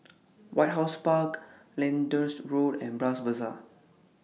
White House Park Lyndhurst Road and Bras Basah